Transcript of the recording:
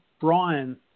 Brian